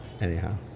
Anyhow